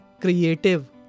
creative